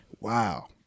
wow